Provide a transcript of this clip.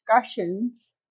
discussions